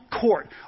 court